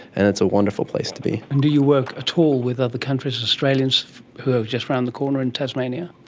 and it's a wonderful place to be. and do you work at all with other countries, australians who are just around the corner in tasmania?